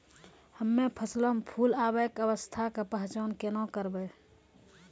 हम्मे फसलो मे फूल आबै के अवस्था के पहचान केना करबै?